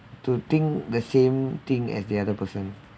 to think the same thing as the other person